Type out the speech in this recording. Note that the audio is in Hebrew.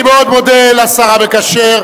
אני מאוד מודה לשר המקשר,